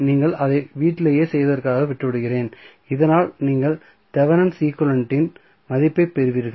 நீங்கள் அதை வீட்டிலேயே செய்வதற்காக விட்டுவிடுவேன் இதனால் நீங்கள் தெவெனின் ஈக்வலன்ட்ஸ் இன் மதிப்பைப் பெறுவீர்கள்